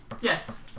Yes